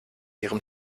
ihrem